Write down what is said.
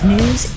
News